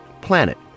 Planet